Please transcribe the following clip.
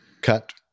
cut